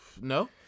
No